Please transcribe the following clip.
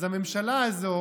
אז הממשלה הזו